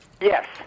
Yes